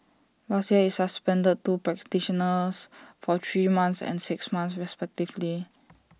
last year IT suspended the two practitioners for three months and six months respectively